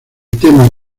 tema